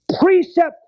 Precept